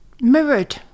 mirrored